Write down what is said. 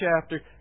chapter